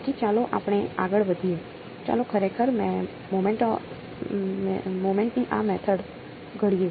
તેથી ચાલો આપણે આગળ વધીએ ચાલો ખરેખર મોમેન્ટ ની આ મેથડ ઘડીએ